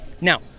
now